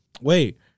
Wait